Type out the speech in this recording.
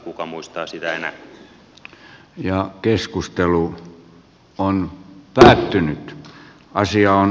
kuka muistaa sitä enää